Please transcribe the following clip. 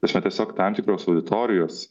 ta prasme tiesiog tam tikros auditorijos